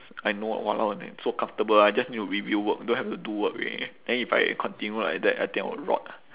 I know what !walao! so comfortable I just need to review work don't have to do work already then if I continue like that I think I will rot